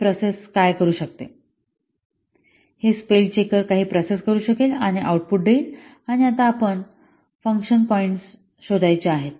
आणि ही प्रोसेस काय करू शकते हे स्पेल चेकर काही प्रोसेस करू शकेल आणि आउटपुट देईल आणि आता आपल्याला फंक्शन पॉईंट्स शोधायचे आहे